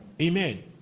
Amen